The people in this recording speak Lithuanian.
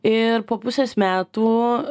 ir po pusės metų